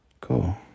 Cool